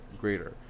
greater